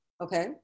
okay